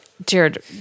Jared